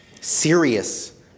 serious